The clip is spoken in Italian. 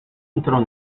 entrò